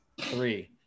three